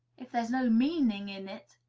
if there's no meaning in it,